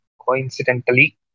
coincidentally